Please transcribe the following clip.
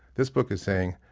this book is saying,